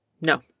No